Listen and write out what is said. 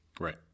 Right